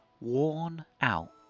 worn-out